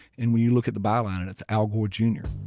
and when you look at the byline, and it's al gore jr and jr